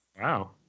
Wow